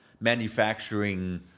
manufacturing